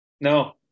No